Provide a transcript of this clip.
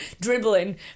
dribbling